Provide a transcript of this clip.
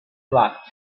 blocked